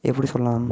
எப்படி சொல்லலாம்